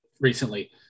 recently